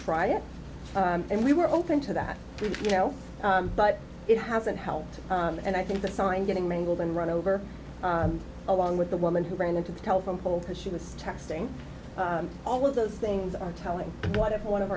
try it and we were open to that you know but it hasn't helped and i think the sign getting mangled and run over along with the woman who ran into the telephone pole because she was texting all of those things are telling what if one of